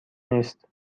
نیست